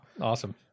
Awesome